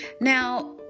Now